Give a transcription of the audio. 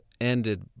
ended